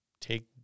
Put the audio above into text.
take